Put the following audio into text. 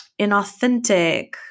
inauthentic